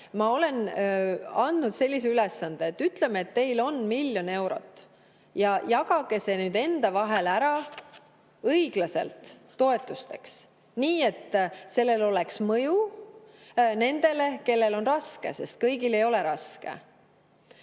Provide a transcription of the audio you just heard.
ma olen andnud sellise ülesande. Ütleme, et teil on miljon eurot. Jagage see omavahel õiglaselt toetusteks ära, nii et sellel oleks mõju nendele, kellel on raske, sest kõigil ei ole raske.